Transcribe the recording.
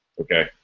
Okay